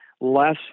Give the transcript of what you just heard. less